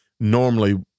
Normally